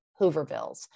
Hoovervilles